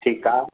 ठीकु आहे